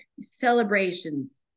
Celebrations